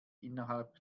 innerhalb